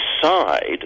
decide